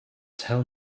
tell